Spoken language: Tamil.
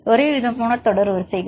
மாணவர்ஒரேவிதமான தொடர் வரிசைகள்